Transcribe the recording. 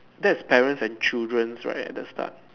that's parents and children is right at the start